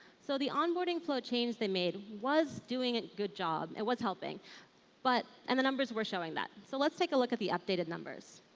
so the onboarding flow change they made was doing a good job, it was helping but and the numbers were showing that. so let's take a look at the updated numbers.